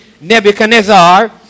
Nebuchadnezzar